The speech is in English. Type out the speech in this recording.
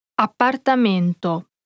Appartamento